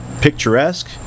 picturesque